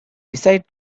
besides